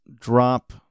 drop